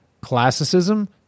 Classicism